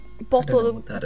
bottle